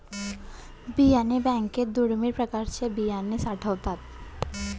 बियाणे बँकेत दुर्मिळ प्रकारच्या बिया साठवतात